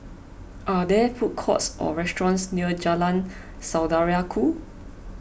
are there food courts or restaurants near Jalan Saudara Ku